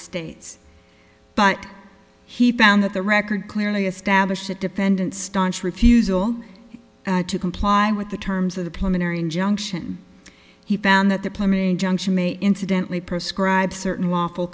states but he found that the record clearly established the defendant staunch refusal to comply with the terms of the pulmonary injunction he found that the plumbing junction may incidentally prescribe certain lawful